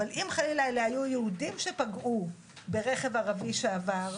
אבל אם חלילה אלה היו יהודים שפגעו ברכב ערבי שעבר,